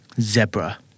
Zebra